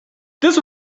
this